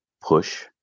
push